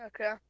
Okay